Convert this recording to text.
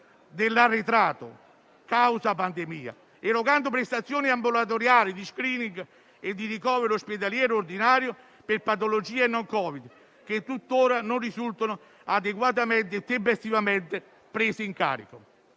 dell'arretrato causa pandemia, erogando prestazioni ambulatoriali di *screening* e di ricovero ospedaliero ordinario per patologie non Covid, che tuttora non risultano adeguatamente e tempestivamente prese in carico.